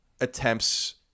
attempts